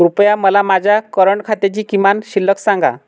कृपया मला माझ्या करंट खात्याची किमान शिल्लक सांगा